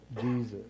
Jesus